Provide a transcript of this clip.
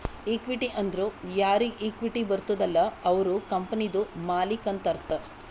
equity ಅಂದುರ್ ಯಾರಿಗ್ equity ಬರ್ತುದ ಅಲ್ಲ ಅವ್ರು ಕಂಪನಿದು ಮಾಲ್ಲಿಕ್ ಅಂತ್ ಅರ್ಥ